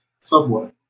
Subway